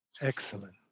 Excellent